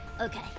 Okay